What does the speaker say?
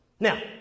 Now